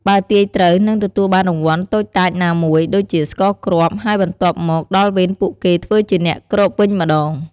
បើទាយត្រូវ នឹងទទួលបានរង្វាន់តូចតាចណាមួយ ដូចជាស្ករគ្រាប់ ហើយបន្ទាប់មកដល់វេនពួកគេធ្វើជាអ្នកគ្របវិញម្តង។